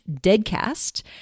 deadcast